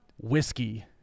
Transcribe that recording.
Whiskey